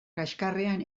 kaxkarrean